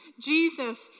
Jesus